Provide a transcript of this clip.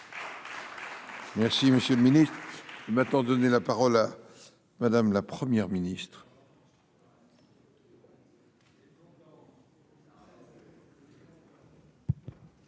Merci, monsieur le Ministre. Pour donner la parole à Madame la première ministre.